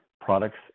products